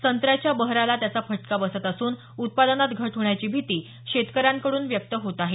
संत्र्याच्या बहराला त्याचा फटका बसून उत्पादनात घट होण्याची भिती शतकऱ्यांकडून व्यक्त होत आहे